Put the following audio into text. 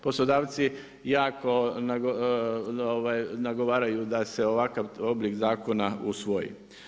Poslodavci jako nagovaraju da se ovakav oblik zakona usvoji.